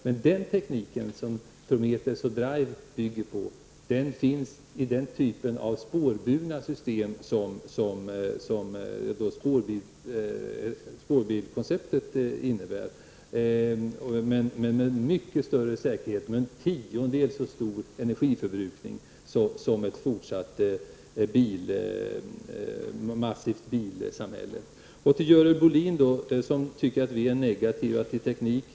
Men den teknik som Prometheus och Drive bygger på finns i den typ av spårburna system som spårbilskonceptet innebär, men med mycket större säkerhet och en tiondel så stor energiförbrukning som ett fortsatt massivt bilsamhälle skulle kräva. Jag vänder mig så till Görel Bohlin, som tycker att vi är negativa till teknik.